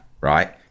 right